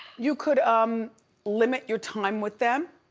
you could um limit your time with them,